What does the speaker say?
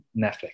Netflix